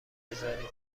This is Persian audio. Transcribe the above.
بذاریم